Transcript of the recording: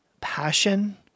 passion